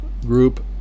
group